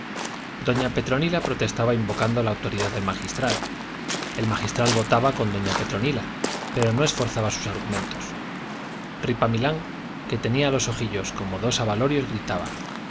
doña petronila protestaba invocando la autoridad del magistral el magistral votaba con doña petronila pero no esforzaba sus argumentos ripamilán que tenía los ojillos como dos abalorios gritaba